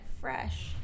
fresh